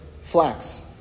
flax